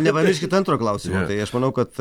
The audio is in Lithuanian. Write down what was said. nepamirškit antro klausimo tai aš manau kad